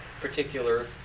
particular